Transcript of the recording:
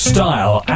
Style